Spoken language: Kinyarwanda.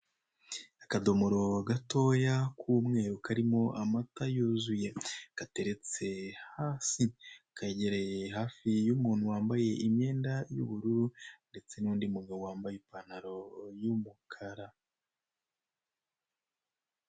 Akadomoro gatoya k'umweru karimo amata yuzuye gateretse hasi kegereye hafi y'umuntu wambaye imyenda y'ubururu ndetse n'undi mugabo wambaye ipantalo y'umukara.